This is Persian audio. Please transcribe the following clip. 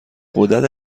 غدد